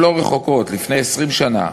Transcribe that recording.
לא 20, לא 30. 40 שנה,